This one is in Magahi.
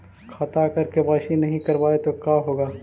खाता अगर के.वाई.सी नही करबाए तो का होगा?